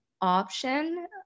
option